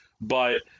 but-